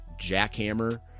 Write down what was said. jackhammer